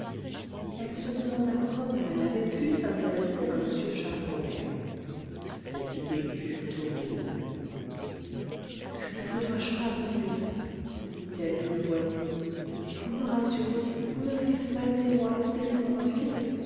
elle se demanda comment elle avait pu s'intéresser à m charles robert cette idée lui fut horrible que ne vous dois-je pas monseigneur dit-elle d'une voix émue vous me rassurez vous me faites malgré moi espérer pour ma fille